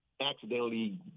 accidentally